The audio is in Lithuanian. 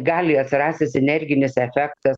gali atsirasti sinerginis efektas